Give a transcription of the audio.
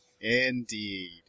Indeed